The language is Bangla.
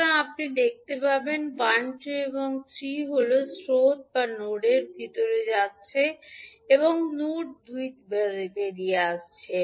সুতরাং আপনি দেখতে পাবেন 1 2 এবং 3 হল স্রোত যা নোডের ভিতরে যাচ্ছে এবং 2 নোড থেকে বেরিয়ে আসছে